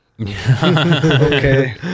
okay